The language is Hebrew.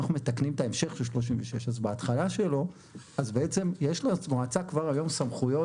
אנחנו מתקנים את ההמשך של 36. יש למועצה כבר היום סמכויות